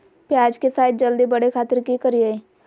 प्याज के साइज जल्दी बड़े खातिर की करियय?